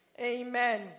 Amen